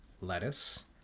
lettuce